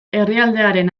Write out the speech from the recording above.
herrialdearen